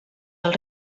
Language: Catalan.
del